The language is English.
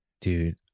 Dude